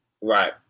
Right